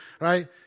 right